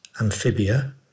Amphibia